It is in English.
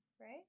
right